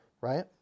Right